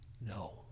No